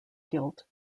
guilt